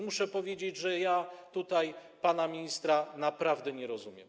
Muszę powiedzieć, że ja tutaj pana ministra naprawdę nie rozumiem.